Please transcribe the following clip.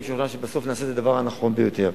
אני משוכנע שבסוף נעשה את הדבר הנכון ביותר.